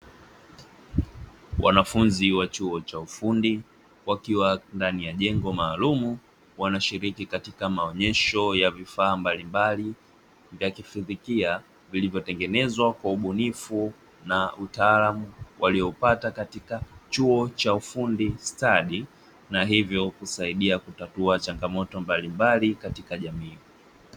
Wanafunzi wa chuo cha ufundi, wakiwa ndani ya jengo maalumu wanashiriki katika maonyesho ya vifaa mbalimbali vya kifizikia, vilivyotengenezwa kwa ubunifu na utaalamu waliopata katika chuo cha ufundi stadi na hivyo kusaidia kutatua changamoto mbalimbali katika jamii.